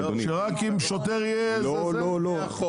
שרק עם שוטר --- לא, לא.